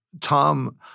Tom